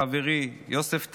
חברי יוסף טייב,